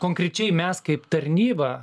konkrečiai mes kaip tarnyba